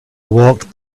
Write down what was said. walked